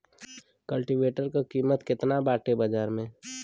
कल्टी वेटर क कीमत केतना बाटे बाजार में?